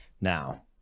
Now